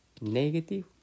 negative